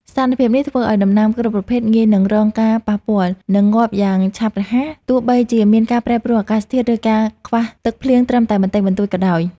ស្ថានភាពនេះធ្វើឱ្យដំណាំគ្រប់ប្រភេទងាយនឹងរងការប៉ះពាល់ និងងាប់យ៉ាងឆាប់រហ័ស ទោះបីជាមានការប្រែប្រួលអាកាសធាតុ ឬការខ្វះទឹកភ្លៀងត្រឹមតែបន្តិចបន្តួចក៏ដោយ។